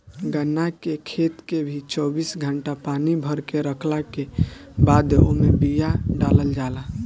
गन्ना के खेत के भी चौबीस घंटा पानी भरके रखला के बादे ओमे बिया डालल जाला